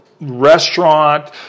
restaurant